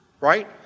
Right